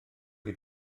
chi